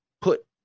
put